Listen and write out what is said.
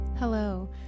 Hello